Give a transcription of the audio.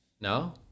No